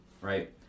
right